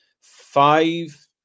five